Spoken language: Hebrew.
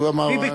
הוא אמר.